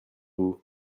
vous